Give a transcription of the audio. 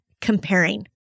comparing